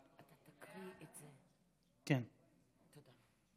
ההצעה להעביר את הצעת חוק לתיקון פקודת המכרות (מס' 13),